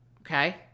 Okay